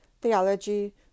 theology